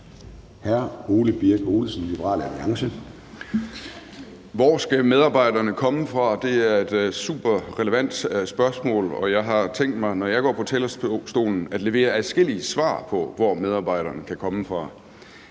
Hvor skal medarbejderne komme fra? Det er et superrelevant spørgsmål, og jeg har tænkt mig, når jeg går på talerstolen, at levere adskillige svar på, hvor medarbejderne kan komme fra.